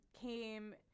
came